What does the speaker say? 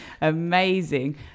Amazing